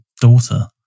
daughter